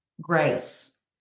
grace